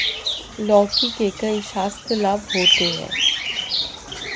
लौकी के कई स्वास्थ्य लाभ होते हैं